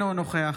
אינו נוכח